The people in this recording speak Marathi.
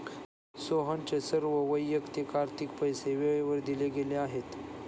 सोहनचे सर्व वैयक्तिक आर्थिक पैसे वेळेवर दिले गेले आहेत